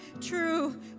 true